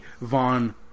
Vaughn